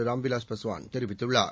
ராம் விலாஸ் பாஸ்வான் தெரிவித்துள்ளார்